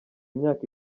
imyaka